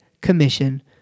commission